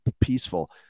peaceful